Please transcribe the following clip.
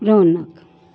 रौनक